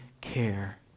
care